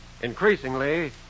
Increasingly